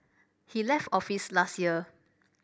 he left office last year